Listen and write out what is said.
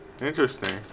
interesting